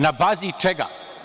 Na bazi čega?